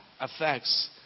Affects